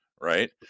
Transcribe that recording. Right